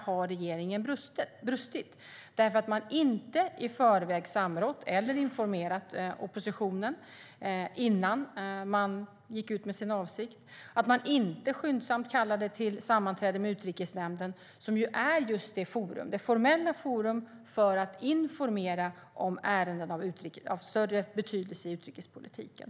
Man samrådde inte med eller informerade oppositionen innan man gick ut med sin avsikt. Man kallade inte heller skyndsamt till sammanträde i utrikesnämnden, som är det formella forumet för att informera om ärenden av större betydelse i utrikespolitiken.